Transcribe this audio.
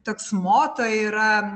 toks moto yra